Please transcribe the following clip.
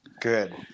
Good